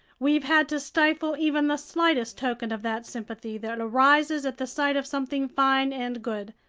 we've had to stifle even the slightest token of that sympathy that arises at the sight of something fine and good,